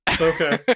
Okay